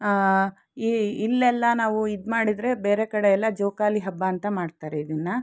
E ಇಲ್ಲೆಲ್ಲ ನಾವು ಇದು ಮಾಡಿದ್ರೆ ಬೇರೆ ಕಡೆ ಎಲ್ಲ ಜೋಕಾಲಿ ಹಬ್ಬ ಅಂತ ಮಾಡ್ತಾರೆ ಇದನ್ನು